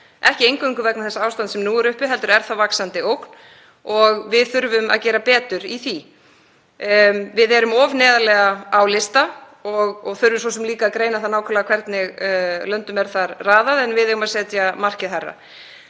ekki eingöngu vegna þess ástands sem nú er uppi, og við þurfum að gera betur í því. Við erum of neðarlega á lista og þurfum svo sem líka að greina nákvæmlega hvernig löndum er þar raðað en við eigum að setja markið hærra.